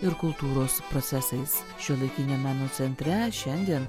ir kultūros procesais šiuolaikinio meno centre šiandien